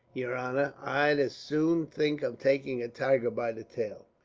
yer honor! i'd as soon think of taking a tiger by the tail.